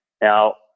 Now